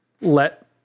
let